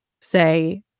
say